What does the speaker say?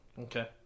Okay